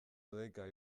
deika